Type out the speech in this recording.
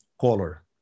Caller